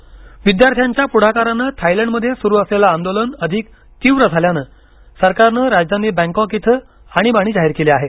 Thailand निदर्शने विद्यार्थ्यांच्या पुढाकारानं थायलंडमध्ये सुरू असलेले आंदोलन अधिक तीव्र झाल्यानं सरकारनं राजधानी बँकॉक इथं आणीबाणी जाहीर केली आहे